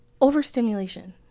overstimulation